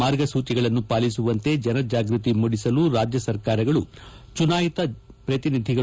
ಮಾರ್ಗಸೂಚಿಗಳನ್ನು ಪಾಲಿಸುವಂತೆ ಜನಜಾಗೃತಿ ಮೂಡಿಸಲು ರಾಜ್ಯ ಸರ್ಕಾರಗಳು ಚುನಾಯಿತಿ ಪ್ರತಿನಿಧಿಗಳು